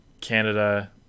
Canada